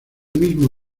mismo